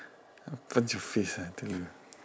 I'll punch your face ah I tell you